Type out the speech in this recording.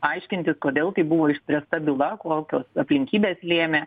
aiškintis kodėl kaip buvo išplėsta byla kokios aplinkybės lėmė